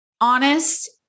honest